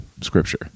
scripture